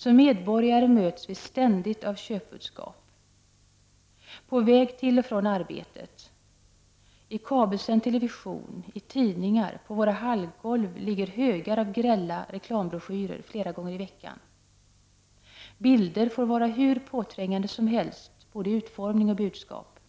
Som medborgare möts vi ständigt av köpbudskap: på väg till och från arbetet, i kabelsänd television, i tidningar, och på våra hallgolv ligger högar av grälla reklambroschyrer flera gånger i veckan. Bilder får vara hur påträngande som helst, både i utformning och budskap.